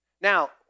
Now